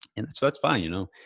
and so that's fine, you know,